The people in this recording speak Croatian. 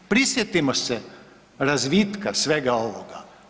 Prisjetimo se razvitka svega ovoga.